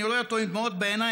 אני רואה אותו עם דמעות בעיניים.